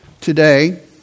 today